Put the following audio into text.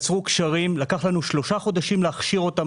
ולקח לנו שלושה חודשים להכשיר אותם